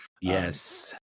Yes